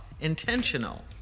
Intentional